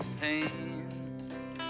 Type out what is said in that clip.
pain